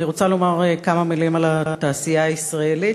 אני רוצה לומר כמה מילים על התעשייה הישראלית.